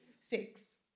Six